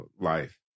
life